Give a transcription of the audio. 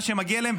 על מה שמגיע להם,